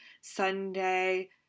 Sunday